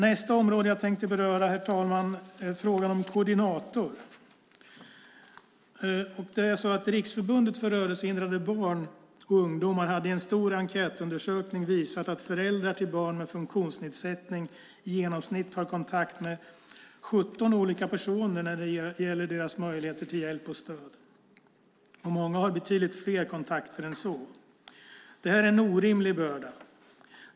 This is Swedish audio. Nästa område jag tänkte beröra, herr talman, är frågan om koordinator. Riksförbundet för Rörelsehindrade Barn och Ungdomar har i en stor enkätundersökning visat att föräldrar till barn med funktionsnedsättning i genomsnitt har kontakt med 17 olika personer när det gäller deras möjligheter till hjälp och stöd. Många har betydligt flera kontakter än så. Detta är en orimlig börda.